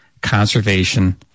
conservation